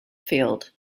field